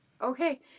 okay